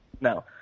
No